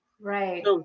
Right